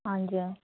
हजुर